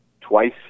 twice